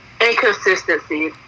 Inconsistency